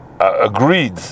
agreed